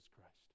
Christ